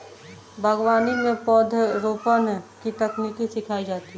बागवानी में पौधरोपण की तकनीक सिखाई जाती है